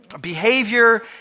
behavior